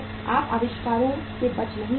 आप आविष्कारों से बच नहीं सकते